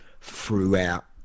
throughout